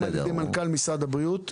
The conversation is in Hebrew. גם על ידי מנכ"ל משרד הבריאות,